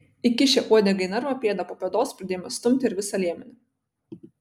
įkišę uodegą į narvą pėda po pėdos pradėjome stumti ir visą liemenį